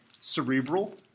cerebral